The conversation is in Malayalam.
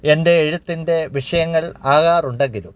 എൻ്റെ എഴുത്തിൻ്റെ വിഷയങ്ങൾ ആകാറുണ്ടെങ്കിലും